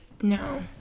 no